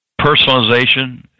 personalization